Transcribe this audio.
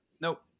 nope